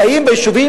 חיים ביישובים,